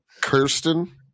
Kirsten